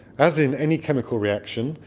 as in any chemical reaction,